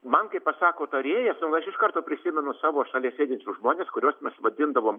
man kai pasako tarėjas iš karto prisimenu savo šalia sėdinčius žmones kuriuos mes vadindavom